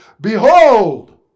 Behold